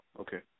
Okay